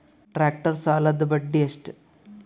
Tractor ಸಾಲದ್ದ ಬಡ್ಡಿ ಎಷ್ಟ?